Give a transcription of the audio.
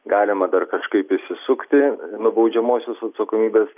galima dar kažkaip išsisukti nuo baudžiamosios atsakomybės